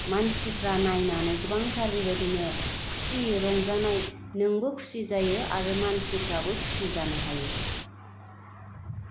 मानसिफ्रा नायनानै गोबांथार बेबादिनो खुसि रंजानाय नोंबो खुसि जायो आरो मानसिफ्राबो खुसि जानो हायो